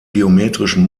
geometrischen